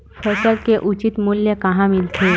फसल के उचित मूल्य कहां मिलथे?